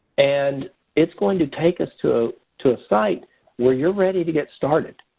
and it's going to take us to to a site where you're ready to get started.